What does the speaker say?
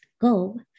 go